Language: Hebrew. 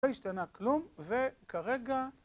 לא השתנה כלום וכרגע